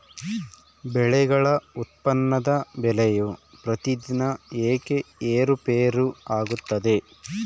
ಬೆಳೆಗಳ ಉತ್ಪನ್ನದ ಬೆಲೆಯು ಪ್ರತಿದಿನ ಏಕೆ ಏರುಪೇರು ಆಗುತ್ತದೆ?